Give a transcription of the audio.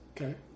Okay